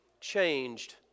changed